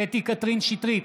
קטרין שטרית,